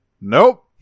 nope